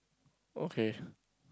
okay